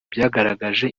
byagaragaje